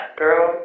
girl